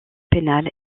pénale